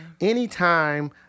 Anytime